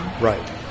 Right